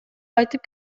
айтып